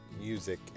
music